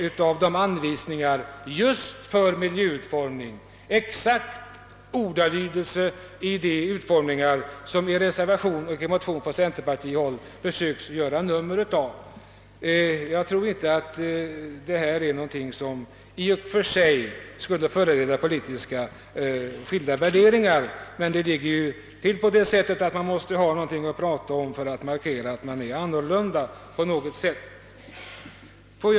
Det visade sig att där finns just de anvisningar — ordagrant — för miljöutformningen som man i en centerpartimotion försöker göra ett stort nummer av. Jag trodde inte att det var någonting som skulle kunna föranleda skilda politiska värderingar, men man måste tydligen på något sätt kunna markera att man har olika åsikter.